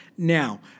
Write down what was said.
Now